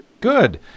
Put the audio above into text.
Good